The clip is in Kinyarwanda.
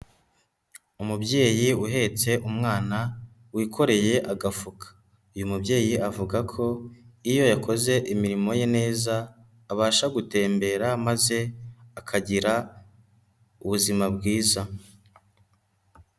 Umubyeyi uhetse umwana wikoreye agafuka, uyu mubyeyi avuga ko iyo yakoze imirimo ye neza abasha gutembera maze akagira ubuzima bwiza.